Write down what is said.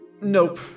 Nope